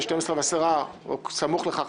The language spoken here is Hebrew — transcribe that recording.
ב 12:10 או סמוך לכך